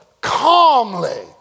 calmly